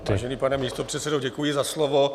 Vážený pane místopředsedo, děkuji za slovo.